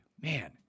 man